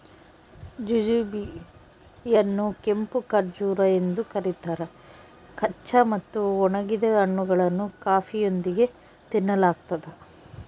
jujube ಯನ್ನುಕೆಂಪು ಖರ್ಜೂರ ಎಂದು ಕರೀತಾರ ಕಚ್ಚಾ ಮತ್ತು ಒಣಗಿದ ಹಣ್ಣುಗಳನ್ನು ಕಾಫಿಯೊಂದಿಗೆ ತಿನ್ನಲಾಗ್ತದ